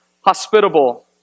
hospitable